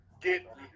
get